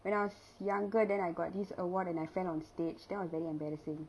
when I was younger then I got this award and I fell on the stage that was very embarrassing